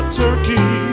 turkey